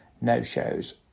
no-shows